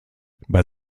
bei